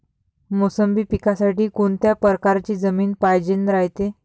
मोसंबी पिकासाठी कोनत्या परकारची जमीन पायजेन रायते?